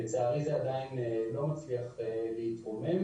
לצערי זה עדיין לא מצליח להתרומם.